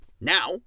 now